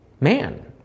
man